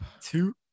two